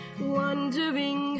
wondering